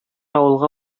авылга